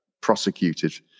prosecuted